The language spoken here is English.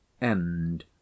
end